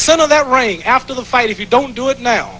center that right after the fight if you don't do it now